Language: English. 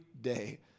day